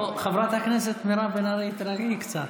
חברת הכנסת מירב בן ארי, תירגעי קצת.